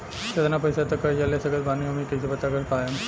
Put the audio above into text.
केतना पैसा तक कर्जा ले सकत बानी हम ई कइसे पता कर पाएम?